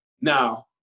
Now